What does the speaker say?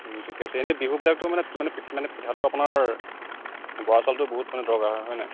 ঠিক আছে এনেই বিহু বিলাকতটো মানে মানে মানে পিঠাটো আপোনাৰ বৰা চাউলটো বহুত মানে দৰকাৰ হয় হয়নে নাই